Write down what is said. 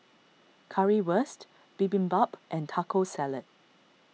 Currywurst Bibimbap and Taco Salad